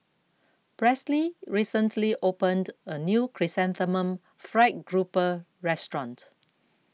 Presley recently opened a new Chrysanthemum Fried Grouper restaurant